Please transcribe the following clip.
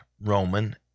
Roman